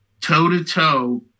toe-to-toe